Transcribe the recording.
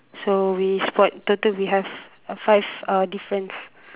so we spot total we have uh five uh difference